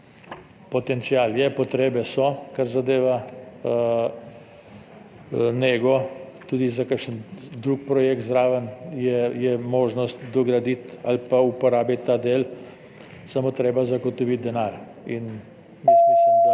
Potencial je, potrebe so, kar zadeva nego, tudi za kakšen drug projekt zraven, je možnost dograditi ali pa uporabiti ta del, samo treba je zagotoviti denar.